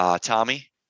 Tommy